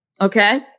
Okay